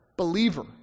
believer